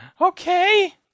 Okay